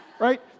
Right